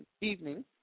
evening